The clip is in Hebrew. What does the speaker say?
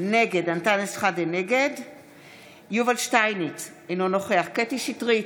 נגד יובל שטייניץ, אינו נוכח קטי קטרין שטרית,